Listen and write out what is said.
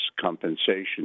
Compensation